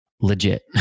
legit